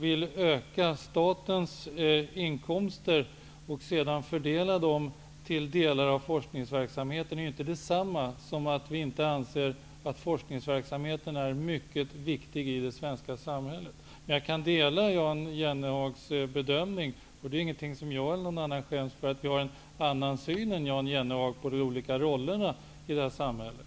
vill öka statens inkomster och sedan fördela dem till delar av forskningsverksamheten är inte detsamma som att vi inte anser att forskningsvärlden är mycket viktig i det svenska samhället. Jag delar Jan Jennehags bedömning -- det är inte något som jag eller någon annan skäms för -- att vi har en annan syn än Jan Jennehag på de olika rollerna i samhället.